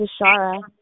Shara